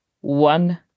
one